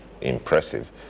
impressive